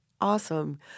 awesome